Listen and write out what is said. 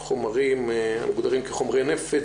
בחומרים המוגדרים כחומרי נפץ,